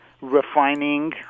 refining